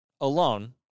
alone